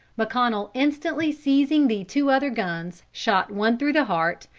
mcconnel instantly seizing the two other guns, shot one through the heart,